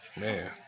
man